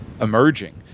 emerging